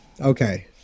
Okay